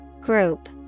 Group